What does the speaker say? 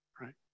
right